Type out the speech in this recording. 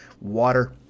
water